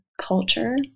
culture